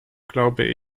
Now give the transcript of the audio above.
glaube